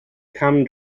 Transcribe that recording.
cam